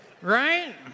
right